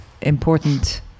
important